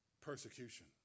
persecution